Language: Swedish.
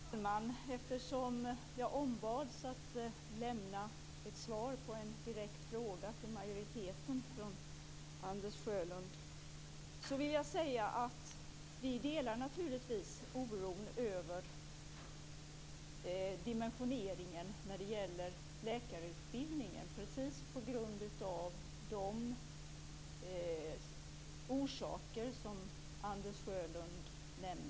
Fru talman! Eftersom vi i majoriteten ombads lämna ett svar på en direkt fråga från Anders Sjölund, vill jag säga att vi naturligtvis delar oron över dimensioneringen av läkarutbildningen, precis av de orsaker som Anders Sjölund nämnde.